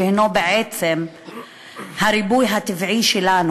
שהוא בעצם הריבוי הטבעי שלנו,